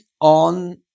on